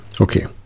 Okay